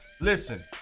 Listen